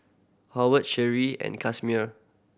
Howard Sherie and Casimer